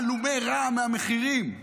הלומי רעם מהמחירים?